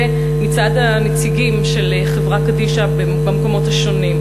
מצד הנציגים של חברה קדישא במקומות שונים.